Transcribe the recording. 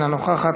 אינה נוכחת,